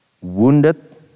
wounded